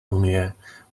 unie